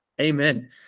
amen